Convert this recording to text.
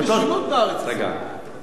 חובתו של הרמטכ"ל לומר את דעתו,